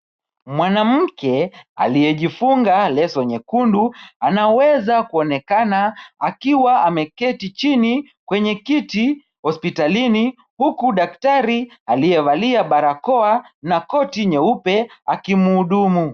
Mwanamke, aliyejifunga leso nyekundu anaweza kuonekana akiwa ameketi chini kwenye kiti hospitalini. Huku daktari aliyevalia barakoa na koti nyeupe akimhudumu.